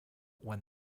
when